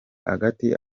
hagati